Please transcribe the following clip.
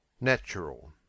natural